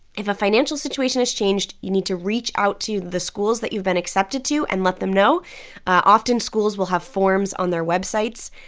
if a financial situation has changed, you need to reach out to the schools that you've been accepted to and let them know often, schools will have forms on their websites.